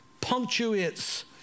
punctuates